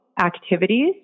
activities